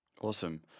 Awesome